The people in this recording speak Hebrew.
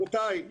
רבותיי,